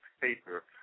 paper